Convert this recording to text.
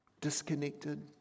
disconnected